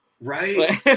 Right